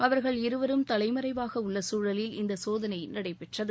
அவர்கள் இருவரும் தலைமறைவாக உள்ள சூழலில் இந்த சோதளை நடைபெற்றது